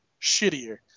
shittier